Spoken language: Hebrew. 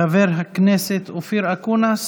חבר הכנסת אופיר אקוניס.